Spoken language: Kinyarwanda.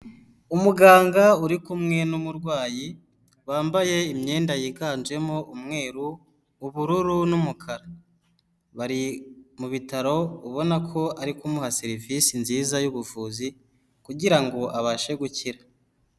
Umuganga uri kumwe n'umurwayi wambaye imyenda yiganjemo umweru, ubururu n'umukara, bari mu bitaro ubona ko ari kumuha serivisi nziza y'ubuvuzi kugirango abashe gukira.